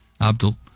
Abdul